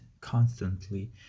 constantly